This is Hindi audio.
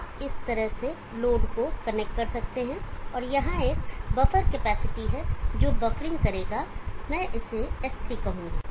आप इस तरह से लोड को कनेक्ट कर सकते हैं और यहां एक बफर कैपेसिटी है जो बफरिंग करेगा और मैं इसे S3 कहूंगा